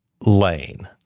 lane